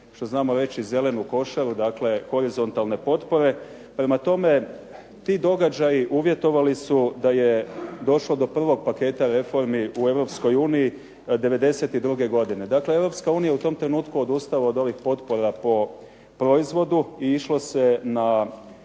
što znamo reći zelenu košaru, dakle horizontalne potpore. Prema tome, ti događaji uvjetovali su da je došlo do prvog paketa reformi u Europskoj uniji '92. godine. Dakle, Europska unija je u tom trenutku odustala od ovih potpora po proizvodu i išlo se na